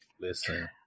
Listen